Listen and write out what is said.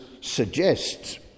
suggests